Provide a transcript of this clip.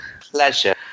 Pleasure